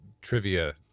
trivia